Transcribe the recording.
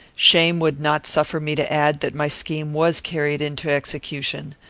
shame would not suffer me to add, that my scheme was carried into execution.